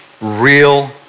real